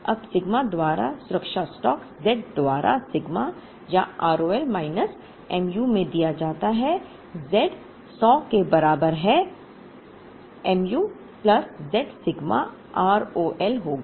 अब सिग्मा द्वारा सुरक्षा स्टॉक z द्वारा सिग्मा या ROL माइनस mu में दिया जाता है z सो के बराबर है mu plus z sigma RO L होगा